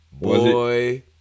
Boy